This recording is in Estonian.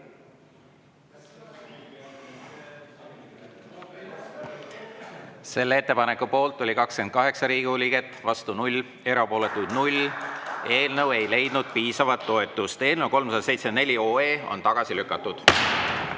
Selle ettepaneku poolt oli 28 Riigikogu liiget, vastu 0, erapooletuid 0. Eelnõu ei leidnud piisavat toetust. Eelnõu 374 on tagasi lükatud.